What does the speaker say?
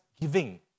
giving